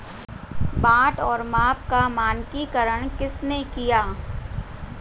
बाट और माप का मानकीकरण किसने किया?